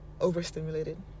overstimulated